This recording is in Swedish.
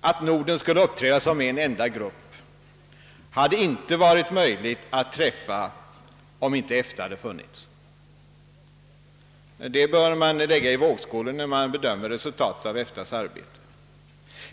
att Norden skulle uppträda som en enda grupp, inte hade varit möjligt att träffa, om inte EFTA hade funnits. Det bör man lägga i vågskålen när man bedömer resultatet av EFTA:s arbete.